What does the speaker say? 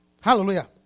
Hallelujah